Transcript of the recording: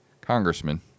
congressman